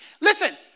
Listen